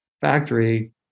factory